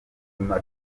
nyuma